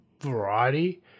variety